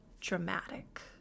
dramatic